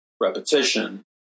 repetition